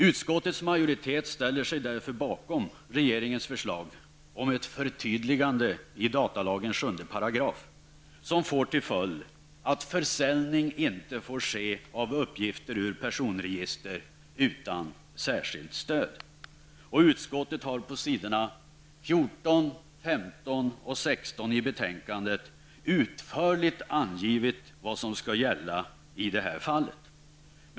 Utskottets majoritet ställer sig därför bakom regeringens förslag om ett förtydligande av 7 § i datalagen, som får till följd att försäljning inte får ske av uppgifter ur personregister utan särskilt stöd. Utskottet har på s. 14, 15 och 16 i betänkandet utförligt angivit vad som skall gälla i detta fall.